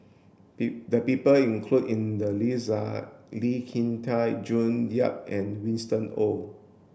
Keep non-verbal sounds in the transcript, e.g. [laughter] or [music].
[unintelligible] the people included in the list are Lee Kin Tat June Yap and Winston Oh